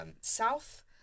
South